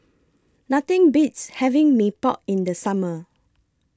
Nothing Beats having Mee Pok in The Summer